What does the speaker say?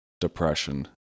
depression